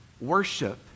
worship